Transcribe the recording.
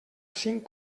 cinc